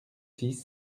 six